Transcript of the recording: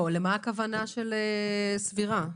למה הכוונה בכל עת סבירה?